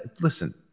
Listen